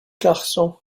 garçon